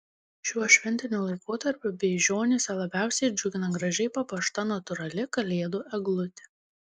šiuo šventiniu laikotarpiu beižionyse labiausiai džiugina gražiai papuošta natūrali kalėdų eglutė